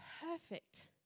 perfect